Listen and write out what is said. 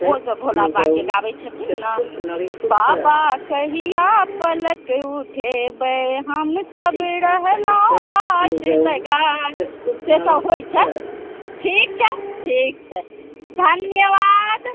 ओहो सभ भोला बाबाके गाबै छथिन ने बाबा कहिआ पलक उठेबै हमसब रहलहुँ आस लगाए से सब होइ छै ठीक छै ठीक छै धन्यवाद